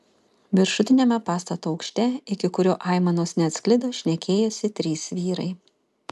viršutiniame pastato aukšte iki kurio aimanos neatsklido šnekėjosi trys vyrai